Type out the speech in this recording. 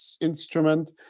instrument